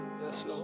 Yes